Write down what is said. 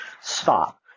stop